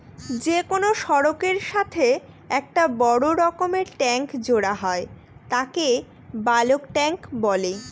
যে কোনো সড়কের সাথে একটা বড় রকমের ট্যাংক জোড়া হয় তাকে বালক ট্যাঁক বলে